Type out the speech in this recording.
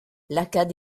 lakaat